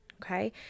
Okay